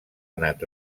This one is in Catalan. anat